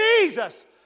Jesus